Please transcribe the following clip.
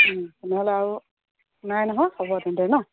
তেনেহ'লে আৰু নাই নহয় হ'ব তেন্তে নহ্